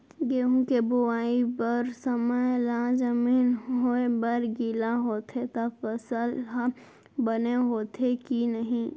गेहूँ के बोआई बर समय ला जमीन होये बर गिला होथे त फसल ह बने होथे की नही?